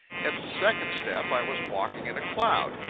at the second step i was walking in a cloud.